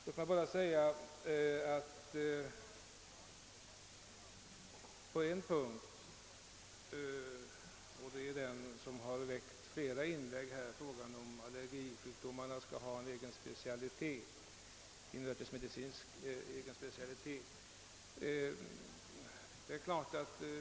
Låt mig bara säga några ord på en punkt som har föranlett flera inlägg, nämligen frågan om det för allergisjuk domarna skall inrättas en egen invärtesmedicinsk specialitet.